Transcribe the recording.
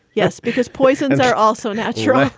yes, because poisons are also natural.